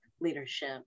leadership